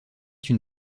une